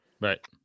right